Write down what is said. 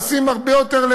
לשים לב הרבה יותר,